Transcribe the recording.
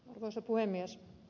arvoisa puhemies